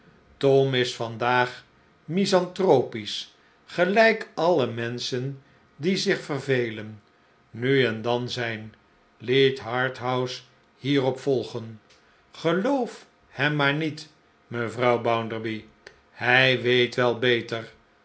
tom is vandaag misanthropisch gelijk alle menschen die zich vervelen nu en dan zijn liet harthouse hierop volgen geloof hem maar niet mevrouw bounderby hij weet wel beter